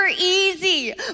easy